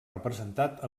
representat